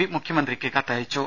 P മുഖ്യമന്ത്രിക്ക് കത്തയച്ചു